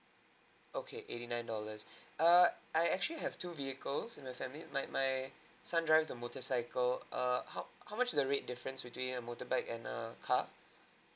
okay eighty nine dollars err I actually have two vehicles in my family my my son drives a motorcycle err how how much is the rate difference between a motorbike and a car